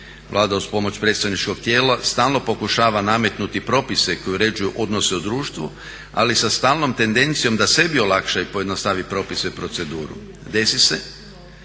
Vlada uz pomoć predstavničkog tijela stalno pokušava nametnuti propise koji uređuju odnose u društvu ali sa stalnom tendencijom da sebi olakša i pojednostavi propise i proceduru. Desi se